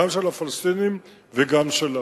גם של הפלסטינים וגם שלנו,